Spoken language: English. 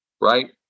right